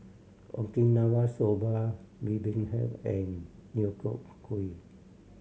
Okinawa Soba Bibimbap and Deodeok Gui